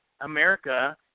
America –